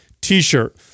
t-shirt